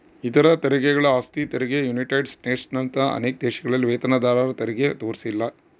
ಇತರ ತೆರಿಗೆಗಳು ಆಸ್ತಿ ತೆರಿಗೆ ಯುನೈಟೆಡ್ ಸ್ಟೇಟ್ಸ್ನಂತ ಅನೇಕ ದೇಶಗಳಲ್ಲಿ ವೇತನದಾರರತೆರಿಗೆ ತೋರಿಸಿಲ್ಲ